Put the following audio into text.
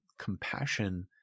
compassion